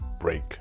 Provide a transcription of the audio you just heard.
break